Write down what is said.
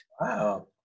wow